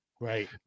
Right